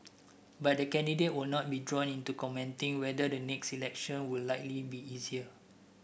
but the candidate would not be drawn into commenting whether the next election would likely be easier